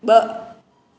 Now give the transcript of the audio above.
ॿ